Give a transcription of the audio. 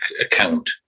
account